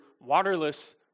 waterless